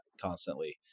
constantly